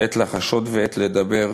עת לחשות ועת לדבר,